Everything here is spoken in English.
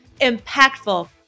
impactful